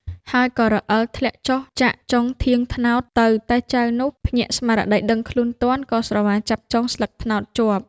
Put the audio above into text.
ហើយក៏រអិលធ្លាក់ចុះចាកចុងត្នោតទៅ តែចៅនោះ ភ្ញាក់ស្មារតីដឹងខ្លួនទាន់ ក៏ស្រវាចាប់ចុងស្លឹកត្នោតជាប់។"